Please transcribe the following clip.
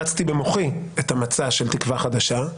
הרצתי במוחי את המצע של תקווה חדשה,